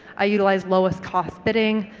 i utilised lowest cost bidding,